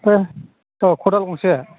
दे औ खदाल गंसे